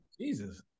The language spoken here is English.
Jesus